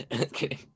Okay